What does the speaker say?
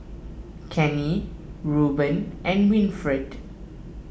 Kenney Rueben and Winfred